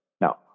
Now